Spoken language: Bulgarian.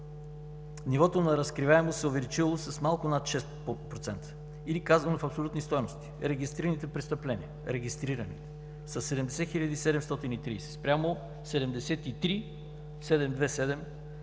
нивото на разкриваемост се е увеличило с малко над 6% или казано в абсолютни стойности – регистрираните престъпления са 70 730 спрямо 73 727